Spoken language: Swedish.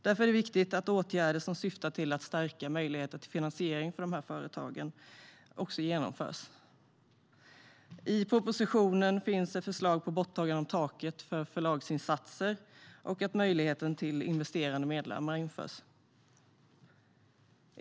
Därför är det viktigt att åtgärder som syftar till att stärka möjligheten till finansiering för dessa företag genomförs. I propositionen finns förslag på borttagande av taket för förlagsinsatser och att möjlighet till investerande medlemmar införs.